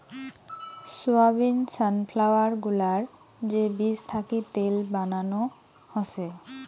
soybean, sunflower গুলার যে বীজ থাকি তেল বানানো হসে